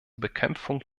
bekämpfung